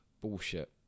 bullshit